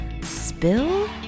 Spill